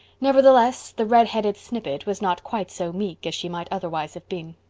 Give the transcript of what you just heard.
nevertheless, the redheaded snippet was not quite so meek as she might otherwise have been.